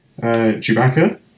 Chewbacca